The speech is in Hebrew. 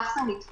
כך זה נתפס.